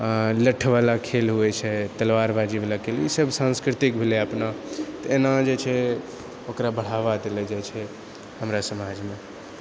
लठ्ठ बला खेल होइ छै तलवारबाजी बला खेल ई सभ सान्स्कृतिक भेलै अपना तऽ एना जे छै ओकरा बढ़ावा देलो जाइत छै हमरा समाजमे